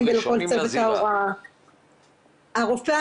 אנחנו פה בוועדה בחדר הזה דיברנו הרבה גם עם משרד הבריאות